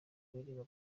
kuririmba